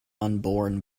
unborn